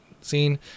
scene